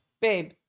Babe